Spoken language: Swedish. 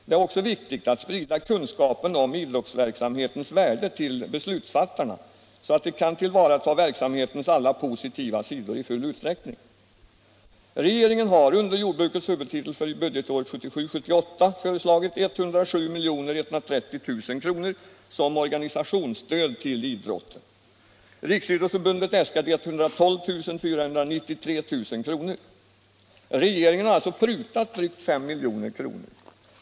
Det är också viktigt att sprida kunskapen om idrottsverksamhetens värde till beslutsfattarna, så att de kan tillvarata verksamhetens alla positiva sidor i full utsträckning. Regeringen har under jordbrukets huvudtitel för budgetåret 1977/78 föreslagit 107 130 000 kr. som organisationsstöd till idrotten. Riksidrottsförbundet äskade 112493 000 kr. Regeringen har alltså prutat drygt 5 milj.kr.